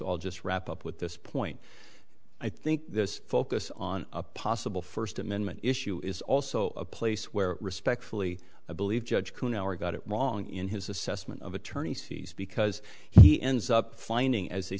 i'll just wrap up with this point i think this focus on a possible first amendment issue is also a place where respectfully i believe judge cohen our got it wrong in his assessment of attorney fees because he ends up finding as a